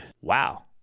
Wow